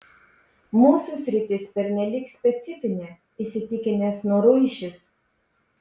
mūsų sritis pernelyg specifinė įsitikinęs noruišis